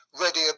ready